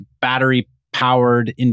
battery-powered